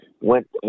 went